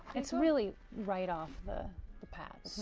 it's really right off the the path.